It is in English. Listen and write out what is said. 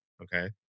okay